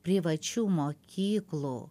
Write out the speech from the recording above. privačių mokyklų